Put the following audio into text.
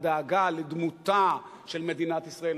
הדאגה לדמותה של מדינת ישראל,